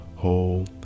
whole